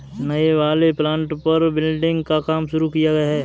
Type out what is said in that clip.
नए वाले प्लॉट पर बिल्डिंग का काम शुरू किया है